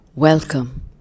Welcome